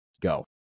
go